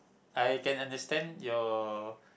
I can understand your